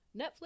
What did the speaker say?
Netflix